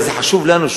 וזה חשוב לנו,